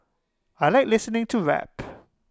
I Like listening to rap